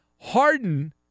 Harden